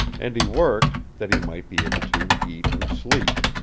and he worked, that he might be able to eat and sleep.